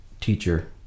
teacher